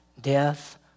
death